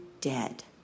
dead